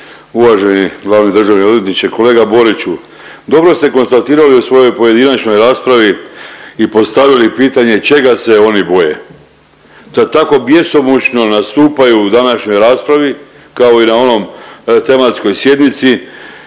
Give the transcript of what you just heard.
uvaženi glavni državni odvjetniče. Kolega Boriću, dobro ste konstatirali u svojoj pojedinačnoj raspravi i postavili pitanje čega se oni boje, da tako bjesomučno nastupaju u današnjoj raspravi kao i na onoj tematskoj sjednici,